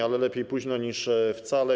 Ale lepiej późno niż wcale.